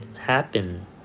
happen